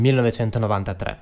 1993